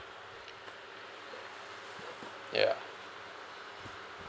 ya